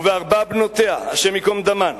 ובארבע בנותיה, השם ייקום דמן.